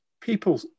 People